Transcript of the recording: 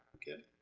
okay.